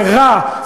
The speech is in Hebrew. זה רע,